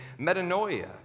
metanoia